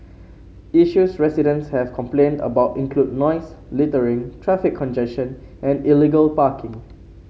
issues residents have complained about include noise littering traffic congestion and illegal parking